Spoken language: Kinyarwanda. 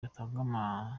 yatanga